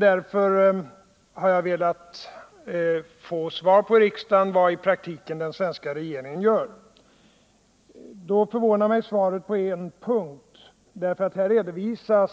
Därför har jag velat i riksdagen få besked om vad den svenska regeringen i praktiken gör. Svaret förvånar mig på en punkt, nämligen att det är